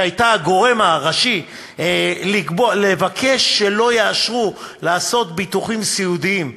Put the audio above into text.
שהייתה הגורם הראשי לבקש שלא יאשרו לעשות ביטוחים סיעודיים,